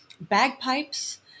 bagpipes